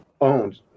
owned